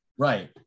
Right